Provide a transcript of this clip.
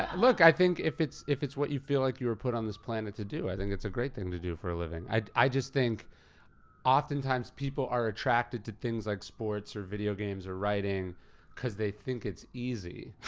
look, i think if it's if it's what you feel like you were put on this planet to do, i think it's a great thing to do for a living. i just think oftentimes, people are attracted to things like sports or video games or writing cause they think it's easy.